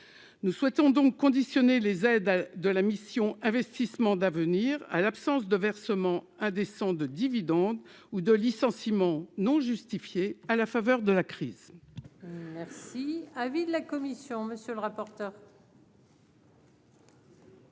nous souhaitons donc conditionner les aides de la mission Investissements d'avenir à l'absence de versement indécent de dividendes ou de licenciement non justifié à la faveur de la crise.